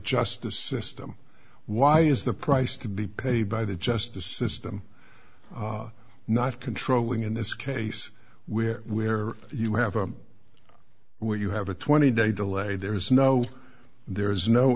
justice system why is the price to be paid by the justice system not controlling in this case where where you have a where you have a twenty day delay there is no there is no